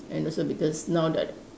and also because now that